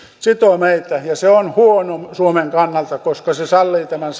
sitoo meitä ja se on huono suomen kannalta koska se sallii tämän